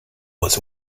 was